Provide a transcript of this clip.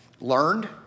learned